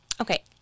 Okay